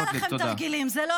אני לא עושה לכם תרגילים, זה לא